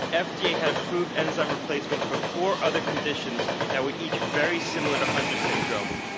ah fda had approved enzyme replacements for four other conditions that were each very similar to hunter's syndrome.